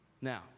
Now